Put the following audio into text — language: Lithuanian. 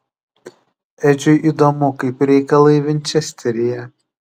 edžiui įdomu kaip reikalai vinčesteryje